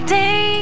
day